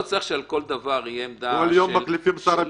לא צריך שעל כל דבר תהיה עמדה של -- כל יום מחליפים את שר הביטחון.